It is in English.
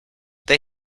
they